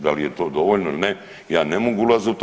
Da li je to dovoljno ili ne ja ne mogu ulaziti u to.